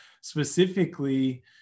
specifically